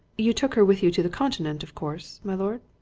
you took her with you to the continent, of course, my lord?